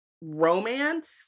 romance